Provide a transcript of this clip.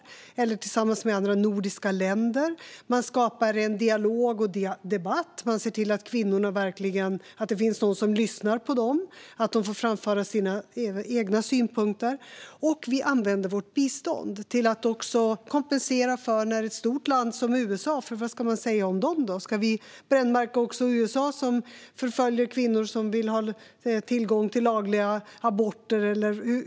Kanske försöker man tillsammans med andra nordiska länder att skapa en dialog och debatt och se till att det finns någon som lyssnar på kvinnorna och att de får framföra sina egna synpunkter. Vi använder också vårt bistånd till att kompensera, för vad ska man säga om ett stort land som USA? Ska vi brännmärka också USA, som förföljer kvinnor som vill ha tillgång till lagliga aborter?